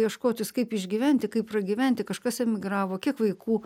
ieškotis kaip išgyventi kaip pragyventi kažkas emigravo kiek vaikų